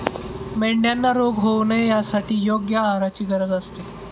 मेंढ्यांना रोग होऊ नये यासाठी योग्य आहाराची गरज असते